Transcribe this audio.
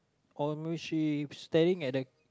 or maybe she staring at the